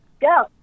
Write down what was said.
go